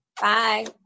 Bye